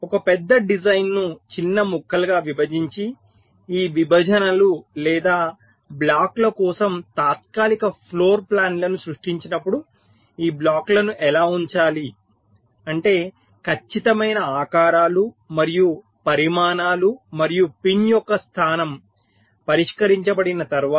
ఒక పెద్ద డిజైన్ను చిన్న ముక్కలుగా విభజించి ఈ విభజనలు లేదా బ్లాక్ల కోసం తాత్కాలిక ఫ్లోర్ప్లాన్లను సృష్టించినప్పుడు ఈ బ్లాక్లను ఎలా ఉంచాలి అంటే ఖచ్చితమైన ఆకారాలు మరియు పరిమాణాలు మరియు పిన్ యొక్క స్థానం పరిష్కరించబడిన తర్వాత